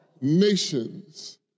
nations